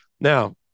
Now